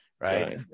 Right